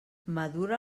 madura